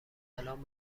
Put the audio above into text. الان